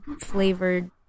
flavored